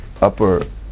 upper